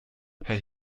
herr